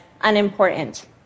unimportant